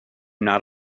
not